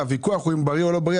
הוויכוח הוא אם בריא או לא בריא,